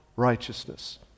righteousness